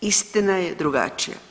Istina je drugačija.